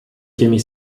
těmi